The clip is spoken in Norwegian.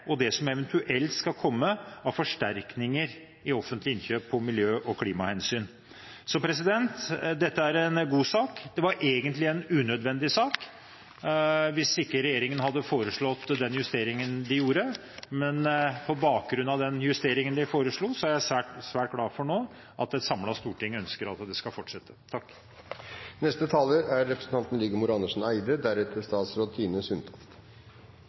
som eventuelt skal komme av forsterkninger i offentlige innkjøp av miljø- og klimahensyn. Dette er en god sak. Det var egentlig en unødvendig sak hvis regjeringen ikke hadde foreslått den justeringen de gjorde, men på bakgrunn av den justeringen de foreslo, er jeg svært glad for at et samlet storting ønsker at ordningen skal fortsette. Offentlig sektor er